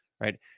right